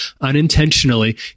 unintentionally